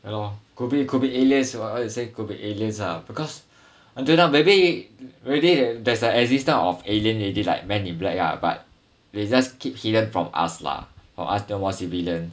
ya lor could be could be aliens like what you say it could be aliens ah because until now maybe already there's an existence of alien already like man in black lah but they just keep hidden from us lah or ask them what civilian